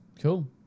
Cool